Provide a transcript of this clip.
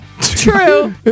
True